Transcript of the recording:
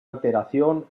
alteración